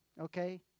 Okay